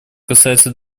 касается